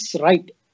right